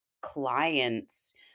clients